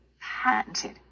patented